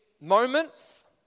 moments